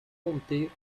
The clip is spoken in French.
comtés